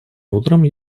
утром